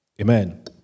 Amen